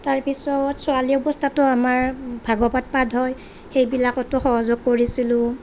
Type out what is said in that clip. তাৰপিছত ছোৱালী অৱস্থাতো আমাৰ ভাগৱত পাঠ হয় সেইবিলাকতো সহযোগ কৰিছিলোঁ